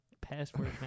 password